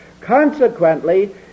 Consequently